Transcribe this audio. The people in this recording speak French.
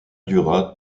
dura